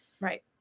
right